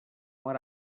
what